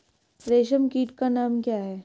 रेशम कीट का नाम क्या है?